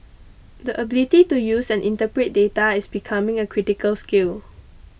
the ability to use and interpret dairy is becoming a critical skill